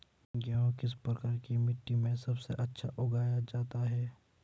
गेहूँ किस प्रकार की मिट्टी में सबसे अच्छा उगाया जाता है?